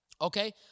Okay